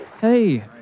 Hey